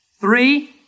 Three